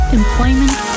employment